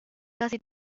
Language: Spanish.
casi